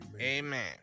amen